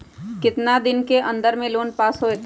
कितना दिन के अन्दर में लोन पास होत?